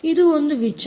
ಇದು ಒಂದು ವಿಚಾರ